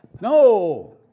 No